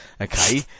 okay